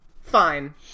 fine